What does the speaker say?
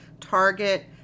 target